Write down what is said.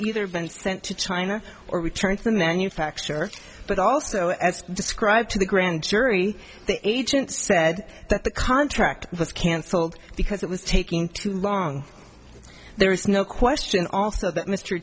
either been sent to china or returned to the manufacturer but also as described to the grand jury the agent said that the contract was cancelled because it was taking too long there is no question also that m